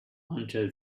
until